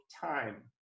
time